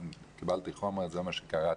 אבל קיבלתי חומר ואותו קראתי.